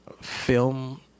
film